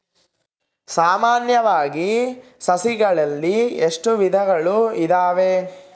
ಸಾಮಾನ್ಯವಾಗಿ ಸಸಿಗಳಲ್ಲಿ ಎಷ್ಟು ವಿಧಗಳು ಇದಾವೆ?